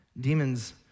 Demons